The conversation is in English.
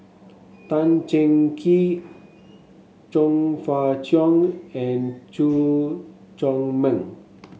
Tan Cheng Kee Chong Fah Cheong and Chew Chor Meng